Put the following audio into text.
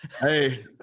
hey